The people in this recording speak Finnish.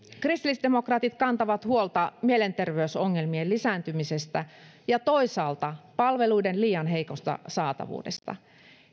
kristillisdemokraatit kantavat huolta mielenterveysongelmien lisääntymisestä ja toisaalta palveluiden liian heikosta saatavuudesta